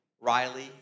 Riley